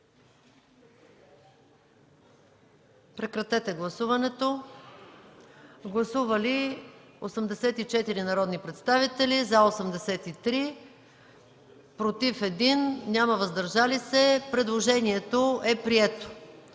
режим на гласуване. Гласували 81 народни представители: за 80, против няма, въздържал се 1. Предложението е прието.